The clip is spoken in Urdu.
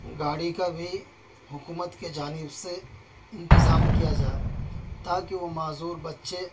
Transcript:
گاڑی کا بھی حکومت کے جانب سے انتظام کیا جائے تاکہ وہ معذور بچے